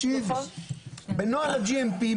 נוהל ה-GMP,